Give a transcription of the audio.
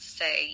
say